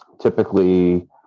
Typically